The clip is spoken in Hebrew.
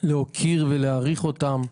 להוקיר ולהעריך אותם,